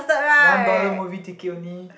one dollar movie ticket only